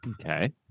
Okay